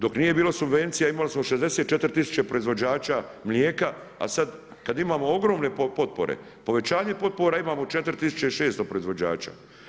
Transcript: Dok nije bilo subvencija imali smo 64 tisuće proizvođača mlijeka, a sada kad imamo ogromne potpore, povećanje potpora imamo 4600 proizvođača.